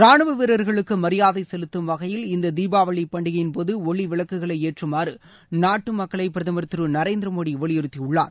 ரானுவ வீரர்களுக்கு மரியாதை செலுத்தும் வகையில் இந்த தீபாவளி பண்டிகையின்போது ஒளி விளக்குகளை ஏற்றுமாறு நாட்டு மக்களை பிரதமர் திரு நரேந்திர மோடி வலியுறுத்தியுள்ளார்